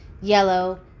yellow